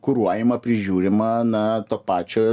kuruojama prižiūrima na to pačio